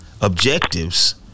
objectives